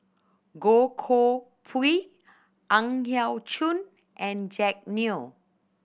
Goh Koh Pui Ang Yau Choon and Jack Neo